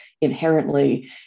inherently